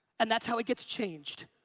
and that's how it gets changed.